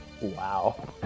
wow